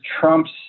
Trump's